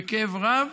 בכאב רב,